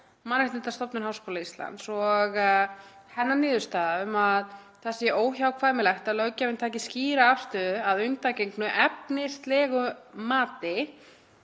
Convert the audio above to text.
Mannréttindastofnun Háskóla Íslands. Hennar niðurstaða er sú að það sé óhjákvæmilegt að löggjafinn taki skýra afstöðu að undangengnu efnislegu mati